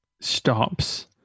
stops